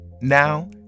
Now